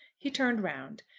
he turned round,